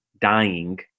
dying